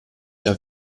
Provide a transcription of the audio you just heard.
der